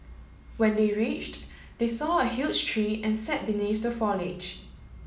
when they reached they saw a huge tree and sat beneath the foliage